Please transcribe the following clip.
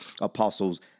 Apostles